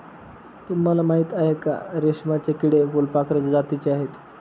तुम्हाला माहिती आहे का? रेशमाचे किडे फुलपाखराच्या जातीचे आहेत